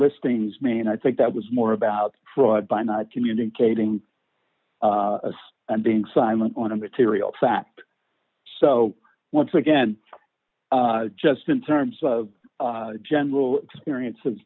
listings mean i think that was more about fraud by not communicating and being silent on a material fact so once again just in terms of general experience